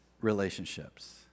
relationships